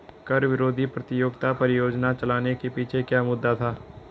कर विरोधी प्रतियोगिता परियोजना चलाने के पीछे क्या मुद्दा था?